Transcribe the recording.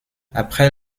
après